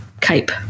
Cape